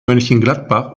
mönchengladbach